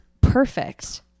perfect